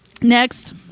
next